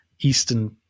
eastern